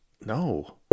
No